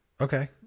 Okay